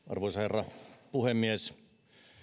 arvoisa herra puhemies